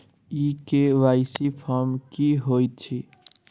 ई KYC form की हएत छै?